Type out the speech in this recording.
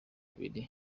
abiri